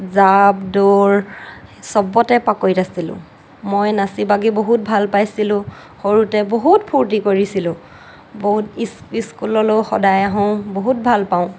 জাঁপ দৌৰ চবতে পাকৈত আছিলোঁ মই নাচি বাগি বহুত ভাল পাইছিলোঁ সৰুতে বহুত ফূৰ্তি কৰিছিলোঁ বহুত স্কুললৈ সদায় আহোঁ বহুত ভাল পাওঁ